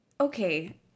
okay